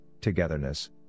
togetherness